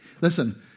Listen